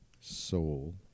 Soul